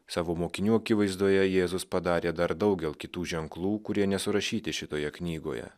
savo mokinių akivaizdoje jėzus padarė dar daugel kitų ženklų kurie nesurašyti šitoje knygoje